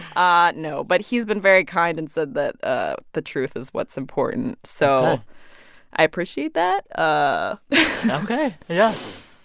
ah no. but he's been very kind and said that ah the truth is what's important, so i appreciate that ah ok. yeah.